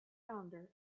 founder